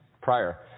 prior